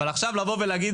אבל עכשיו להגיד,